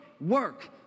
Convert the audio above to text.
work